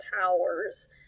powers